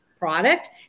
Product